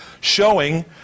showing